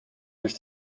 durch